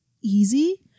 easy